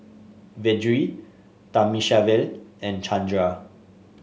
Vedre Thamizhavel and Chandra